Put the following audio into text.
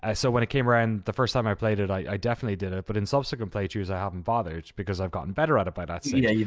so when it came round, the first time i played it i definitely did it. but in subsequent playthroughs i haven't bothered because i've gotten better at it by that so yeah yeah